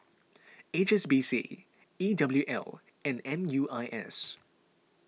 H S B C E W L and M U I S